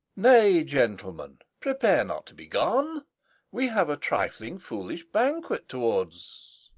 nay, gentlemen, prepare not to be gone we have a trifling foolish banquet towards